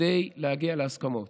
כדי להגיע להסכמות